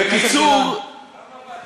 אתם לא משעממים